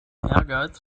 ehrgeiz